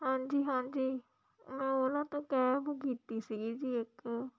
ਹਾਂਜੀ ਹਾਂਜੀ ਮੈਂ ਉਹਨਾਂ ਤੋ ਕੈਬ ਕੀਤੀ ਸੀਗੀ ਜੀ ਇੱਕ